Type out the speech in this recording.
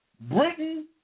Britain